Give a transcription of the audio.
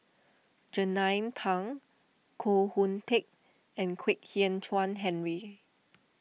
Jernnine Pang Koh Hoon Teck and Kwek Hian Chuan Henry